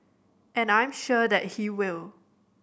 and I'm sure that he will